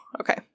Okay